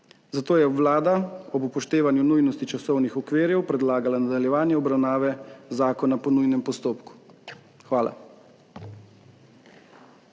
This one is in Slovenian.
Zato je Vlada ob upoštevanju nujnosti časovnih okvirjev predlagala nadaljevanje obravnave zakona po nujnem postopku. Hvala.